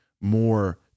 more